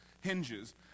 hinges